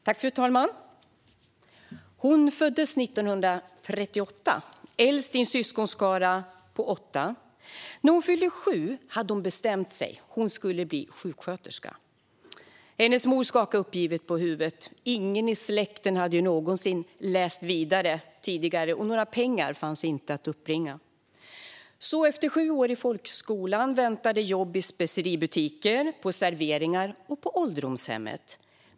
Fru talman! Hon föddes 1938, äldst i en syskonskara på åtta. När hon fyllde sju hade hon bestämt sig, hon skulle bli sjuksköterska. Hennes mor skakade uppgivet på huvudet. Ingen i släkten hade någonsin läst vidare tidigare och några pengar fanns inte att uppbringa. Efter sju år i folkskolan väntade jobb i speceributiker, på serveringar och på ålderdomshemmet.